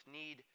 need